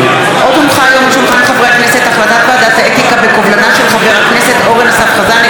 מאת חבר הנכנסת אורן אסף חזן,